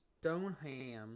Stoneham